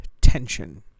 tension